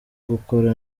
gukora